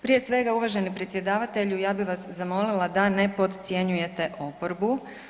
Prije svega, uvaženi predsjedavatelju, ja bi vas zamolila da ne podcjenjujete oporbu.